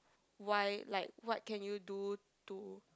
why like what can you do to